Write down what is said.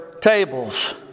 tables